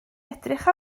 edrych